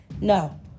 No